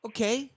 Okay